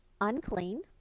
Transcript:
unclean